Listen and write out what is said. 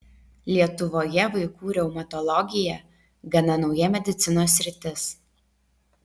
lietuvoje vaikų reumatologija gana nauja medicinos sritis